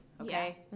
okay